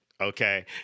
okay